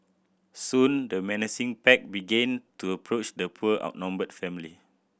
soon the menacing pack began to approach the poor outnumbered family